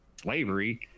slavery